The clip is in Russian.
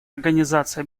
организации